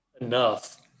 enough